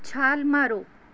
ਛਾਲ ਮਾਰੋ